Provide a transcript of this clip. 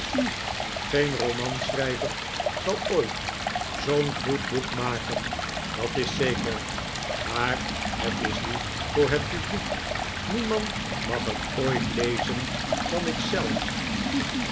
geen romanschrijver zal ooit zoo'n goed boek maken dat is zeker maar het is niet voor het publiek niemand mag het ooit lezen dan ik